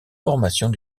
formations